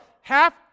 half